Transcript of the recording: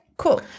cool